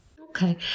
Okay